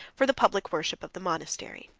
for the public worship of the monastery.